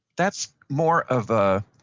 that's more of a